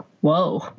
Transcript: whoa